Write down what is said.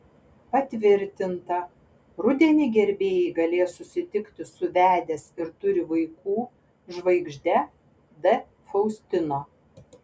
patvirtinta rudenį gerbėjai galės susitikti su vedęs ir turi vaikų žvaigžde d faustino